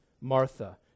Martha